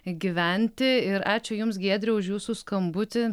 gyventi ir ačiū jums giedriau už jūsų skambutį